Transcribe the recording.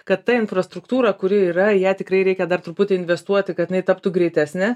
kad ta infrastruktūra kuri yra į ją tikrai reikia dar truputį investuoti kad jinai taptų greitesne